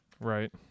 Right